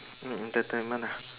mm entertainment ah